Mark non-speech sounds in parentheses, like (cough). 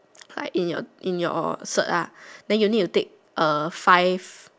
(noise) like in your in your cert ah then you need to take a five